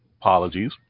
Apologies